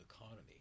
economy